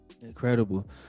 incredible